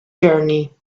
journey